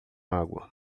água